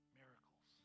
miracles